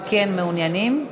וכן מעוניינים?